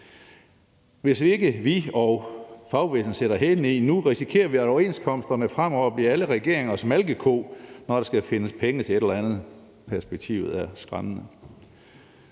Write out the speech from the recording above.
Hvis ikke vi og fagbevægelsen sætter hælene i nu, risikerer vi, at overenskomsterne fremover bliver alle regeringers malkeko, når der skal findes penge til et eller andet. Perspektivet er skræmmende.